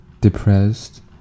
depressed